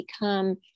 become